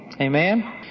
Amen